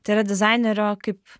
tai yra dizainerio kaip